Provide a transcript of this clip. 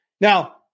Now